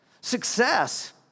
success